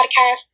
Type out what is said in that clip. podcast